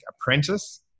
apprentice